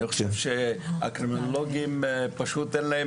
אני חושב שהקרימינולוגים פשוט אין להם